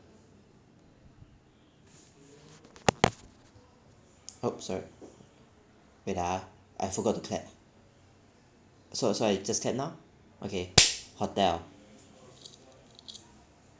!oops! sorry wait ah I forgot to clap so so I just clap now okay hotel